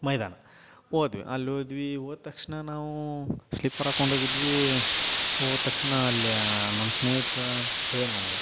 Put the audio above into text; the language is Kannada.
ಮೈದಾನ ಹೋದ್ವಿ ಅಲ್ಲಿ ಹೋದ್ವಿ ಹೋದ ತಕ್ಷಣ ನಾವು ಸ್ಲಿಪ್ಪರ್ ಹಾಕ್ಕೊಂಡೋಗಿದ್ವಿ ಹೋದ ತಕ್ಷಣ ಅಲ್ಲಿ ನಮ್ಮ ಸ್ನೇಹಿತ ಕೇಳೀನ್ ನನಗೆ